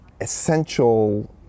essential